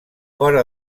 fora